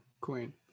queen